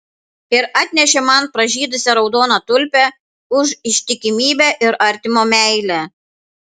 ir atnešė man pražydusią raudoną tulpę už ištikimybę ir artimo meilę